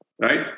right